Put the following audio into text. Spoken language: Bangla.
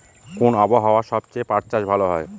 কোন আবহাওয়ায় সবচেয়ে পাট চাষ ভালো হয়?